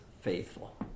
faithful